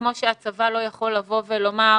כמו שהצבא לא יכול לבוא ולומר: